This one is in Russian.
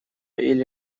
или